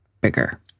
bigger